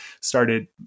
started